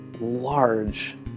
large